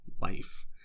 life